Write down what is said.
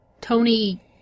Tony